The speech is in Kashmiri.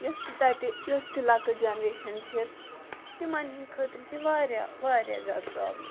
یۄس تہِ تَتہِ یۄس تہِ لَکٕٹۍ جَنریشَن چھِ تِمَن ہٕنٛدۍ خٲطرٕ چھِ واریاہ واریاہ زیادٕ پرٛابلِم